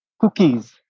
cookies